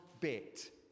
bit